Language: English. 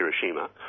Hiroshima